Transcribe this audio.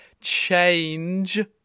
change